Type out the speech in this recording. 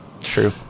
True